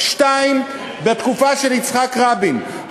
2. בתקופה של יצחק רבין,